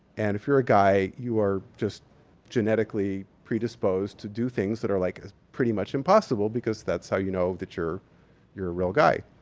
and if you're a guy, you are just genetically predisposed to do things that are like, ah pretty much impossible because that's how you know that you're you're a real guy.